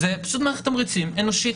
זו פשוט מערכת תמריצים אנושית,